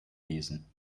lesen